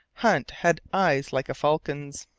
hunt had eyes like a falcon's.